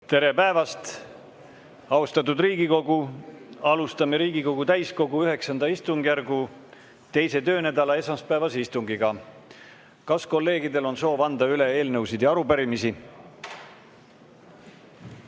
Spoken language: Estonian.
Tere päevast, austatud Riigikogu! Alustame Riigikogu täiskogu IX istungjärgu 2. töönädala esmaspäevast istungit. Kas kolleegidel on soovi anda üle eelnõusid ja arupärimisi?